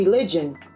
Religion